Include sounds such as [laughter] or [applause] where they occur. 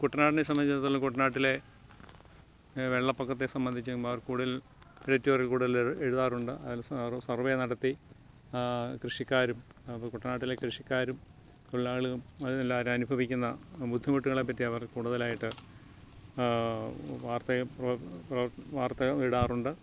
കുട്ടനാടിനെ സംബന്ധിച്ചിടത്തോളം കുട്ടനാട്ടിലെ വെള്ളപ്പൊക്കത്തെ സംബന്ധിച്ച് കൂടുതൽ [unintelligible] എഴുതാറുണ്ട് അതിൽ സർവ്വേ നടത്തി കൃഷിക്കാരും കുട്ടനാട്ടിലെ കൃഷിക്കാരും തൊഴിലാളികളും എല്ലാവരും അനുഭവിക്കുന്ന ബുദ്ധിമുട്ടുകളെ പറ്റി അവർ കൂടുതലായിട്ട് വാർത്തയും വാർത്ത ഇടാറുണ്ട്